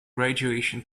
graduation